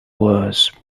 worse